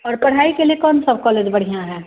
और पढ़ाई के लिए कौन सब कॉलेज बढ़ियाँ है